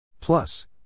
Plus